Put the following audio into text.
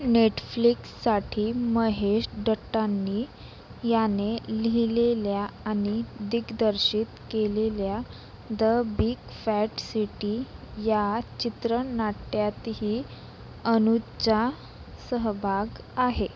नेटफ्लिक्ससाठी महेश डट्टानी याने लिहिलेल्या आणि दिग्दर्शित केलेल्या द बिग फॅट सिटी या चित्र नाट्यातही अनुजचा सहभाग आहे